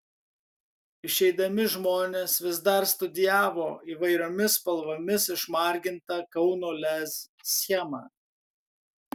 išeidami žmonės vis dar studijavo įvairiomis spalvomis išmargintą kauno lez schemą